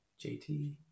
JT